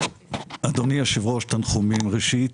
אדוני יושב הראש, תנחומים ראשית.